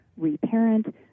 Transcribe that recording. reparent